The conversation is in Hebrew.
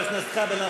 חבר הכנסת כבל,